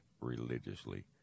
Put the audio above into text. religiously